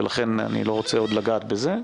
ולכן אני לא רוצה עוד לגעת בזה.